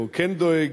או כן דואג,